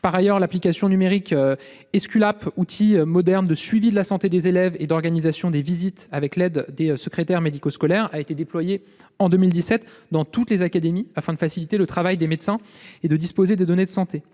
Par ailleurs, l'application numérique Esculape, outil moderne de suivi de la santé des élèves et d'organisation des visites avec l'aide des secrétaires médico-scolaires, a été déployée en 2017 dans toutes les académies afin de faciliter le travail des médecins et de disposer des données de santé.